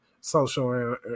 social